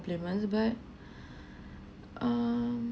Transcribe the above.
compliment but um